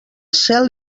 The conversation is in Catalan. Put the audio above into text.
cel